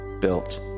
built